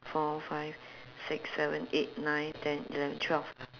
four five six seven eight nine ten eleven twelve